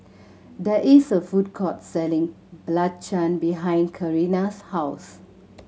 there is a food court selling belacan behind Carina's house